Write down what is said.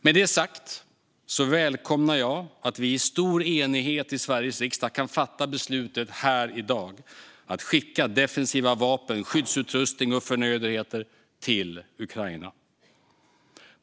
Med det sagt välkomnar jag att vi i stor enighet i Sveriges riksdag i dag kan fatta beslutet att skicka defensiva vapen, skyddsutrustning och förnödenheter till Ukraina.